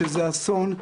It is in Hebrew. שזה אסון,